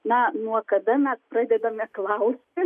na nuo kada mes pradedame klausti